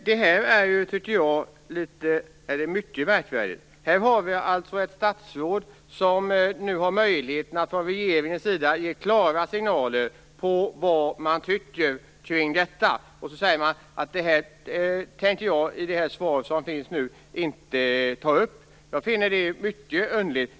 Fru talman! Det här är mycket märkligt. Här har statsrådet möjlighet att från regeringens sida ge klara signaler om vad man tycker om detta, men statsrådet säger att hon inte tänker ta upp den saken i samband med det här svaret. Jag finner det mycket underligt.